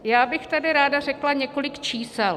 Já bych tady ráda řekla několik čísel.